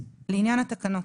לעניין התקנות